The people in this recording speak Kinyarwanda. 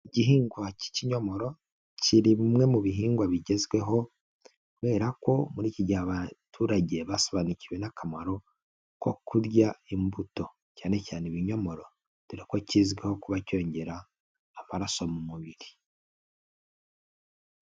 Igihingwa cy'ikinyomoro kiri muri bimwe mu bihingwa bigezweho, kubera ko muri iki gihe abaturage basobanukiwe n'akamaro ko kurya imbuto cyane cyane ibinyomoro. Dore ko kizwiho kuba cyongera amaraso mu mubiri.